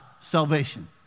salvation